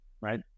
right